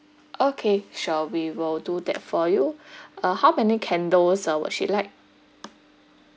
okay sure we will do that for you uh how many candles uh would she like